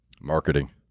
Marketing